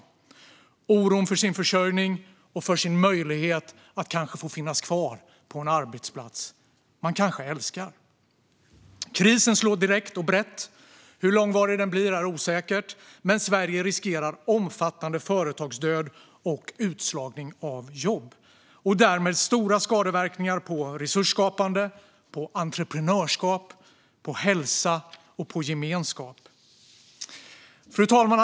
Vi ser deras oro för sin försörjning och möjligheten att finnas kvar på en arbetsplats man kanske älskar. Krisen slår direkt och brett. Hur långvarig den blir är osäkert, men Sverige riskerar omfattande företagsdöd och utslagning av jobb och därmed stora skadeverkningar på resursskapande, entreprenörskap, hälsa och gemenskap. Fru talman!